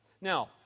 Now